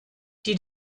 die